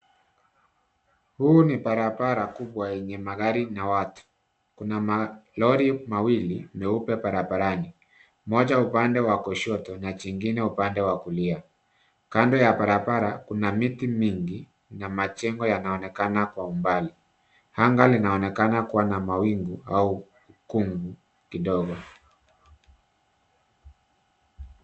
Huu ni barabara kubwa yenye magari na watu. Kuna malori mawili meupe barabarani. Moja upande wa kushoto na jingine upande wa kulia .Kando ya barabara Kuna miti mingi, na majengo yanaonekana kwa umbali. Anga linaonekana kuwa na mawingu au ukungu kidogo.